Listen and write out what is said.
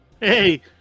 Hey